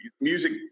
music